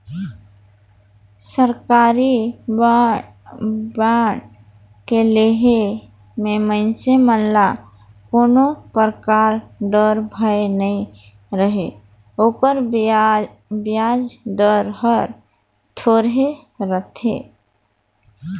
सरकारी बांड के लेहे मे मइनसे मन ल कोनो परकार डर, भय नइ रहें ओकर बियाज दर हर थोरहे रथे